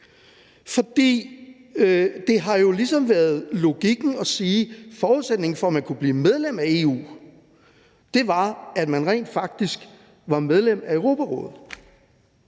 For det har jo ligesom været logikken at sige, at forudsætningen for, at man kunne blive medlem af EU, var, at man rent faktisk var medlem af Europarådet.